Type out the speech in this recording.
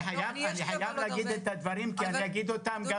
אני חייב להגיד את הדברים -- אדוני,